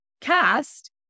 cast